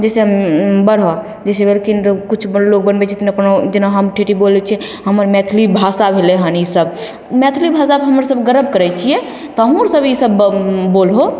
जैसे हम बढ़ऽ जैसे भेलखिन किछु लोग बनबय छथिन अपन ओ जेना हम ठेठी बोलय छियै हमर मैथिली भाषा भेलय हन ई सब मैथिली भाषापर हमे सब गर्व करय छियै तोहुँ अर सब ईसब बोलहौ